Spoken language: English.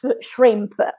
shrimp